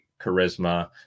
charisma